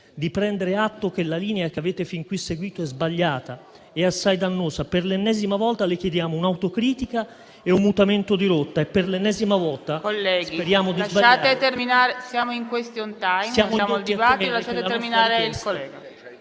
di prendere atto che la linea che avete fin qui seguito è sbagliata e assai dannosa. Per l'ennesima volta le chiediamo un'autocritica e un mutamento di rotta... *(Brusio)*. PRESIDENTE. Colleghi,